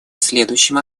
следующим